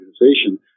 organization